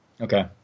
Okay